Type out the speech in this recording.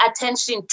attention